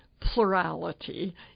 plurality